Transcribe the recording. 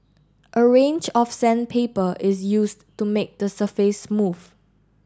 a range of sandpaper is used to make the surface smooth